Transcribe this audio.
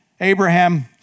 Abraham